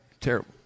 Terrible